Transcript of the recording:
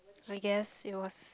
I guess it was